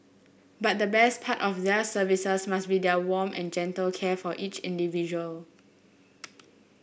but the best part of their services must be their warm and gentle care for each individual